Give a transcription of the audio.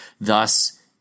Thus